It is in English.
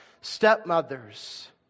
stepmothers